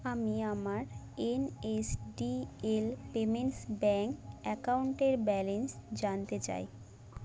আমি আমার N S D L payments bank অ্যাকাউন্টের ব্যালেন্স জানতে চাই